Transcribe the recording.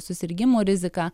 susirgimų rizika